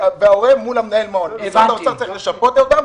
מה גם שיש הורים בחל"ת והורים שפוטרו.